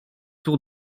tour